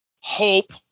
hope